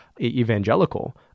evangelical